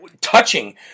touching